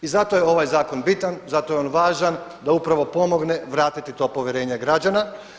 I zato je ovaj zakon bitan, zato je on važan da upravo pomogne vratiti to povjerenje građana.